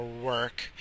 work